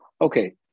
Okay